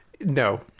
No